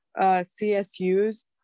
CSUs